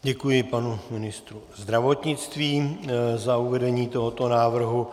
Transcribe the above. Děkuji, panu ministru zdravotnictví za uvedení tohoto návrhu.